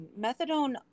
methadone